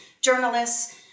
journalists